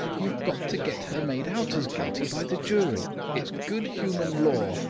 you've got to get her made out as guilty by the jury. it's good human law,